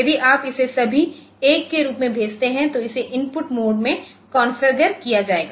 यदि आप इसे सभी एक के रूप में भेजते हैं तो इसे इनपुट मोड में कॉन्फ़िगर किया जाएगा